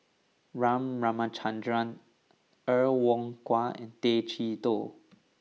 R Ramachandran Er Kwong Wah and Tay Chee Toh